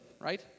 right